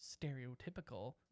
stereotypical